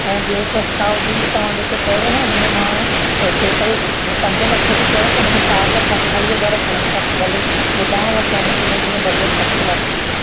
ऐं ॿियो प्रस्ताव बि तव्हां जेको चयोव न हुन में मां टोटल पंज लख जो चयो त हुन में चारि लख अठावीह हज़ार थिअनि था त पोइ भले ॿुधायव कंहिं में कीअं कीअं बजेट रखियो आहे पाण खे